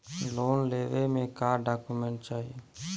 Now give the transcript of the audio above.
Loan लेवे मे का डॉक्यूमेंट चाही?